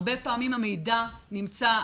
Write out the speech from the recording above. הרבה פעמים המידע נמצא,